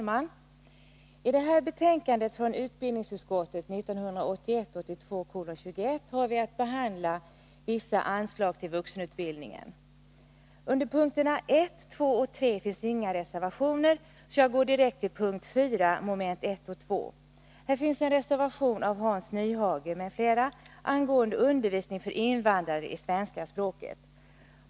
Herr talman! I betänkandet 1981/82:21 från utbildningsutskottet behandlas vissa anslag till vuxenutbildningen. Under punkterna 1, 2 och 3 finns inga reservationer, varför jag går direkt till punkt 4, mom. 1 och 2. Där finns en reservation av Hans Nyhage m.fl. angående undervisningen för invandrare i svenska språket.